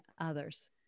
others